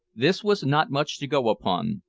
this was not much to go upon,